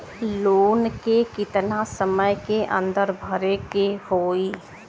Loan के कितना समय के अंदर भरे के होई?